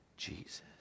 jesus